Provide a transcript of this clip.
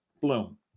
bloom